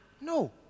No